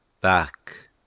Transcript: back